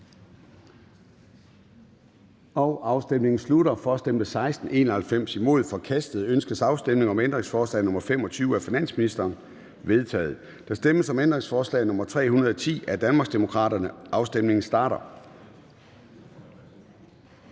imod stemte 6 (KF). Ændringsforslaget er forkastet. Ønskes afstemning om ændringsforslag nr. 17 af finansministeren? Det er vedtaget. Der stemmes om ændringsforslag nr. 306 af Danmarksdemokraterne. Afstemningen starter.